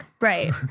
right